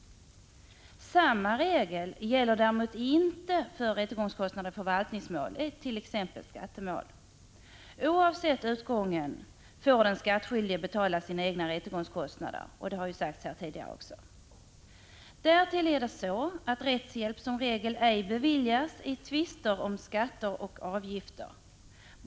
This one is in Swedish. Samma regel gäller däremot inte för rättegångskostnader i förvaltningsmål, t.ex. skattemål. Oavsett utgången får den skattskyldige betala sina egna rättegångskostnader, vilket har sagts här tidigare. Därtill är det så, att rättshjälp som regel ej beviljas i tvister om skatter och avgifter.